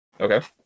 Okay